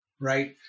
right